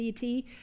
CT